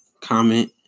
comment